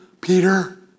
Peter